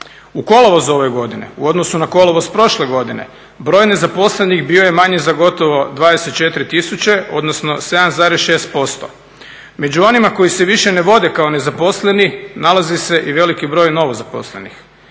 U kolovozu ove godine, u odnosu na kolovoz prošle godine, broj nezaposlenih bio je manji za gotovo 24 tisuće, odnosno 7,6%. Među onima koji se više ne vode kao nezaposleni nalazi se i veliki broj novozaposlenih.